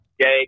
Jake